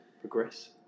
progress